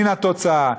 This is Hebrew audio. מן התוצאה.